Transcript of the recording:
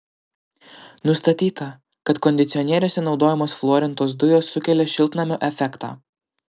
nustatyta kad kondicionieriuose naudojamos fluorintos dujos sukelia šiltnamio efektą